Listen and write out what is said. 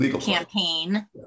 campaign